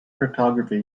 cryptography